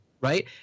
right